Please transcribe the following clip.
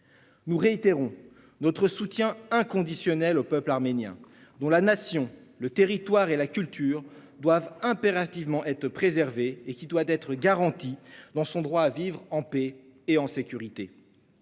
Nous réitérons notre soutien inconditionnel au peuple arménien dont la nation, le territoire et la culture doivent impérativement être préservés. Le peuple arménien doit être garanti dans son droit à vivre en paix et en sécurité.